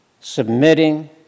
submitting